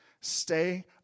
stay